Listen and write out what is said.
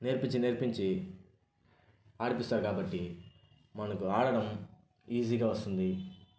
నేర్పించి నేర్పించి ఆడిస్తారు కాబట్టి మనకు ఆడడం ఈజీగా వస్తుంది